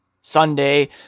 Sunday